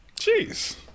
Jeez